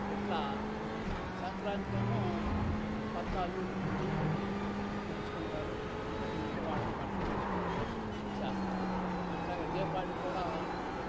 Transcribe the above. ఇట్లా సంక్రాంతికేమో కొత్త అల్లుణ్ణి కూతురిని పిలుచుకుంటారు ప్రతీ ఇంట్లో వాళ్ళకి బట్టలు పెట్టి చేస్తారు అట్లాగే దీపావళికి కూడా